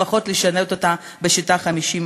לפחות לשנות אותה בשיטה 50%